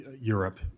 Europe